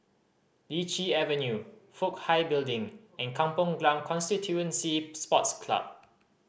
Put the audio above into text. Lichi Avenue Fook Hai Building and Kampong Glam Constituency Sports Club